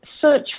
Search